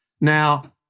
Now